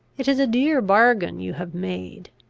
it is a dear bargain you have made.